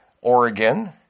Oregon